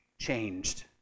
Changed